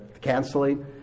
canceling